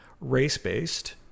race-based